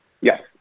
Yes